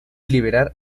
liberar